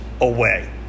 away